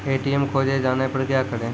ATM खोजे जाने पर क्या करें?